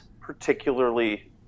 particularly